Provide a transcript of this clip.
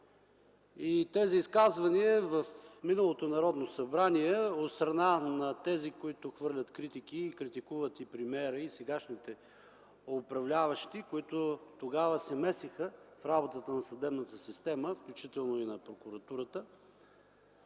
Тези изказвания в миналото Народно събрание от страна на тези, които хвърлят критики и критикуват и премиера, и сегашните управляващи, които тогава се месеха в работата на съдебната система, включително и на прокуратурата,